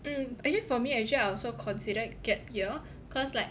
hmm actually for me actually I also considered gap year cause like